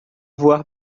voar